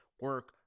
Work